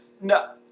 No